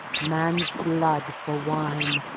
man's blood for wine,